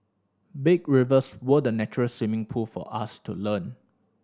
big rivers were the natural swimming pool for us to learn